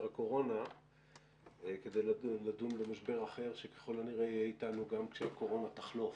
הקורונה כדי לדון במשבר אחר שככל הנראה יהיה איתנו גם כשהקורונה תחלוף,